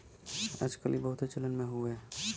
आज कल ई बहुते चलन मे हउवे